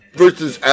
versus